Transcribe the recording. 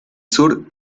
sur